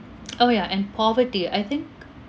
orh ya and poverty I think